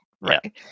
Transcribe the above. Right